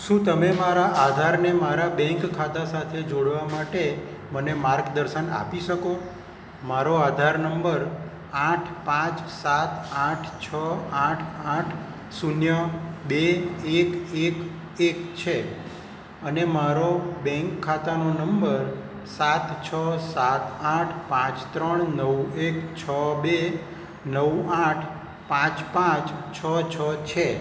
શું તમે મારા આધારને મારા બેન્ક ખાતા સાથે જોડવા માટે મને માર્ગદર્શન આપી શકો મારો આધાર નંબર આઠ પાંચ સાત આઠ છ આઠ આઠ શૂન્ય બે એક એક એક છે અને મારો બેન્ક ખાતાનો નંબર સાત છ સાત આઠ પાંચ ત્રણ નવ એક છ બે નવ આઠ પાંચ પાંચ છ છ છે